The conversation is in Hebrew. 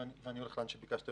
ואז אלך לאן שביקשת,